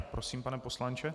Prosím, pane poslanče.